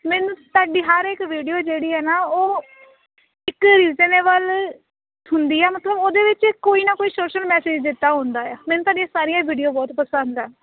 ਮੈਨੂੰ ਤੁਹਾਡੀ ਹਰ ਇੱਕ ਵੀਡੀਓ ਜਿਹੜੀ ਹੈ ਨਾ ਉਹ ਇੱਕ ਰੀਜਨੇਬਲ ਹੁੰਦੀ ਆ ਮਤਲਬ ਉਹਦੇ ਵਿੱਚ ਕੋਈ ਨਾ ਕੋਈ ਸ਼ੋਸ਼ਲ ਮੈਸ਼ਿਜ ਦਿੱਤਾ ਹੁੰਦਾ ਆ ਮੈਨੂੰ ਤੁਹਾਡੀਆਂ ਸਾਰੀਆਂ ਵੀਡੀਓ ਬਹੁਤ ਪਸੰਦ ਆ